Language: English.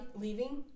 leaving